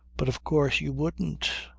but of course you wouldn't.